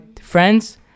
friends